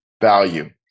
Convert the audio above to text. value